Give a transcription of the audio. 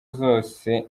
zose